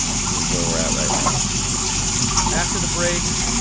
this is where we're at right now after the break,